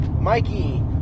Mikey